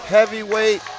Heavyweight